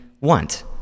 want